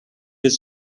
his